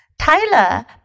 Tyler